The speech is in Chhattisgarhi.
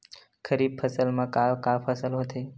खरीफ फसल मा का का फसल होथे?